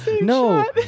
No